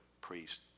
priest